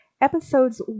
Episodes